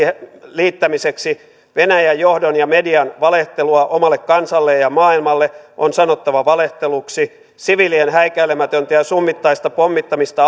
liittämiseksi venäjän johdon ja median valehtelua omalle kansalle ja ja maailmalle on sanottava valehteluksi siviilien häikäilemätöntä ja ja summittaista pommittamista